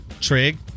trig